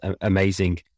amazing